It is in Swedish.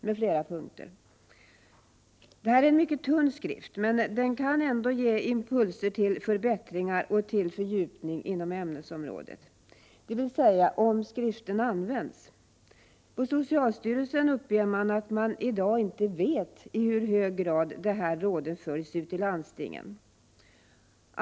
Det är en mycket tunn skrift, men den kan ändå ge impulser till förbättringar och till fördjupning inom ämnesområdet — dvs. om skriften används. Socialstyrelsen uppger att man i dag inte vet i hur hög grad de här råden följs ute i landstingen.